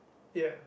ya